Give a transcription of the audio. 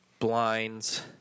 blinds